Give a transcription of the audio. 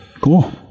Cool